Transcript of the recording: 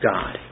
God